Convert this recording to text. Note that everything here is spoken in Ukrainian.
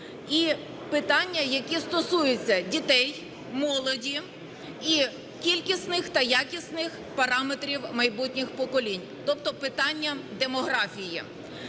і питання, які стосуються дітей, молоді і кількісних та якісних параметрів майбутніх поколінь, тобто питання демографії.